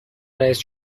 رئیس